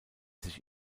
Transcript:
sich